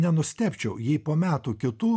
nenustebčiau jei po metų kitų